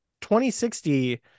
2060